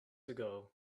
ago